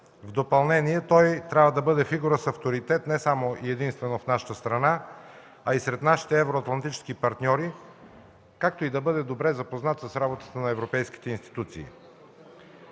В допълнение, той трябва да бъде фигура с авторитет не само и единствено в нашата страна, а и сред нашите евроатлантически партньори, както и да бъде добре запознат с работата на европейските институции.